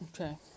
Okay